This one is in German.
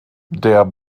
der